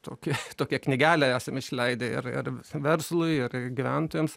tokią tokią knygelę esame išleidę ir ir ir verslui ir ir gyventojams